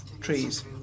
trees